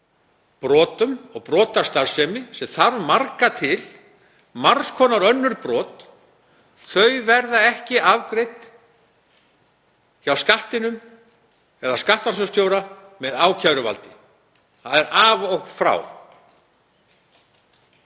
brotum og brotastarfsemi sem marga þarf til, margs konar önnur brot. Þau verða ekki afgreidd hjá Skattinum eða skattrannsóknastjóra með ákæruvaldi. Það er af og frá.